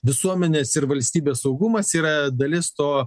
visuomenės ir valstybės saugumas yra dalis to